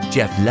Jeff